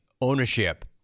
ownership